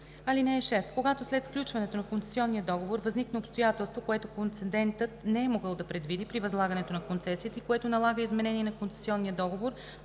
(6) Когато след сключването на концесионния договор възникне обстоятелство, което концедентът не е могъл да предвиди при възлагането на концесията и което налага изменение на концесионния договор,